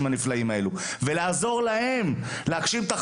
הנפלאים האלה ולעזור להם להגשים את החלומות.